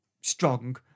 strong